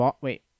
Wait